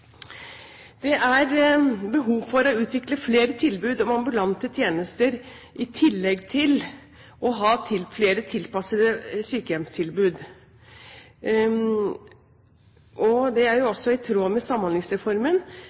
Det er behov for å utvikle flere tilbud med ambulante tjenester i tillegg til å ha flere tilpassede sykehjemstilbud. Det er også i tråd med Samhandlingsreformen,